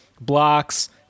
blocks